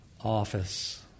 office